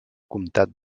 comtat